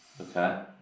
Okay